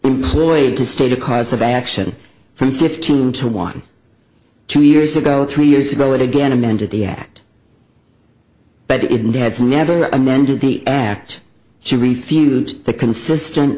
employed to stay the course of action from fifteen to one two years ago three years ago and again amended the act but in the has never amended the act she refused the consistent